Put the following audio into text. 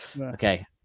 okay